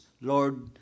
lord